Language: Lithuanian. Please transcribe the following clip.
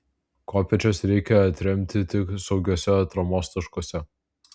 kopėčias reikia atremti tik saugiuose atramos taškuose